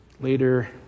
later